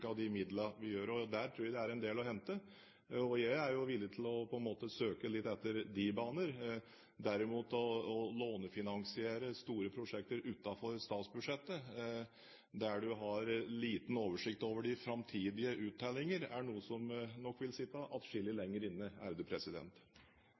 av de midlene vi har. Der tror jeg det er en del å hente. Jeg er også villig til å søke litt i de baner, men derimot å lånefinansiere store prosjekter utenfor statsbudsjettet der man har liten oversikt over de framtidige uttellinger, er noe som nok vil sitte